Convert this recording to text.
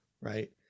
right